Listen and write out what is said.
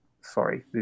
sorry